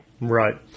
right